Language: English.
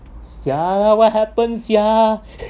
siala what happen sia